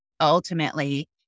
ultimately